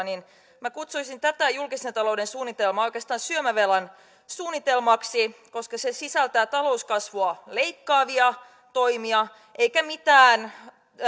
niin minä kutsuisin tätä julkisen talouden suunnitelmaa oikeastaan syömävelan suunnitelmaksi koska se sisältää talouskasvua leikkaavia toimia eikä mitään